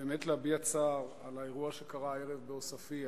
באמת להביע צער על האירוע שקרה הערב בעוספיא,